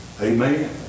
Amen